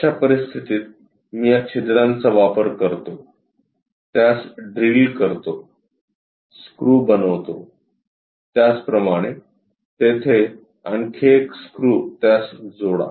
अशा परिस्थितीत मी या छिद्रांचा वापर करतो त्यास ड्रिल करतो स्क्रू बनवतो त्याचप्रमाणे तेथे आणखी एक स्क्रू त्यास जोडा